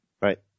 Right